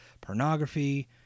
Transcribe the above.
pornography